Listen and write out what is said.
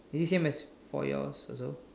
is it same as for yours also